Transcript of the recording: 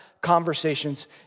conversations